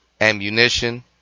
Ammunition